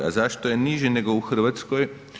A zašto je niži nego u Hrvatskoj?